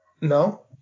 no